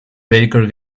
baker